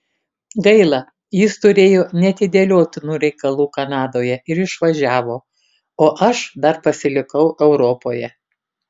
gaila jis turėjo neatidėliotinų reikalų kanadoje ir išvažiavo o aš dar pasilikau europoje